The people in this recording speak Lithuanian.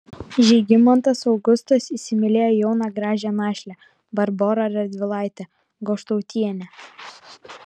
žygimantas augustas įsimylėjo jauną gražią našlę barborą radvilaitę goštautienę